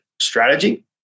strategy